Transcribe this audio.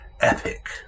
epic